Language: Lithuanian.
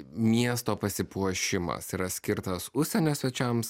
miesto pasipuošimas yra skirtas užsienio svečiams